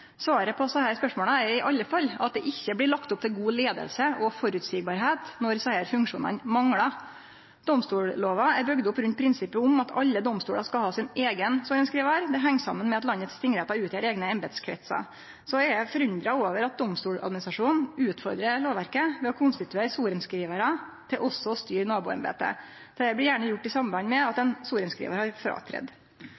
Svaret på desse spørsmåla er i alle fall at det ikkje blir lagt opp til god leiing og føreseielegheit når desse funksjonane manglar. Domstollova er bygd opp rundt prinsippet om at alle domstolar skal ha sin eigen sorenskrivar. Det heng saman med at landets tingrettar utgjer eigne embetskretsar. Så er eg forundra over at Domstoladministrasjonen utfordrar lovverket ved å konstituere sorenskrivarar til også å styre naboembetet. Dette blir gjerne gjort i samband med at